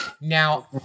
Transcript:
Now